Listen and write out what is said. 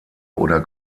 oder